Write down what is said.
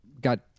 got